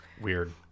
Weird